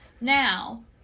Now